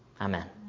Amen